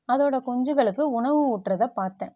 அதோடய குஞ்சுகளுக்கு உணவு ஊட்டுறதப் பார்த்தேன்